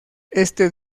este